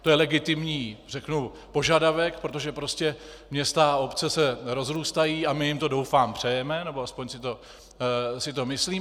To je legitimní požadavek, protože prostě města a obce se rozrůstají a my jim to, doufám, přejeme, nebo aspoň si to myslím.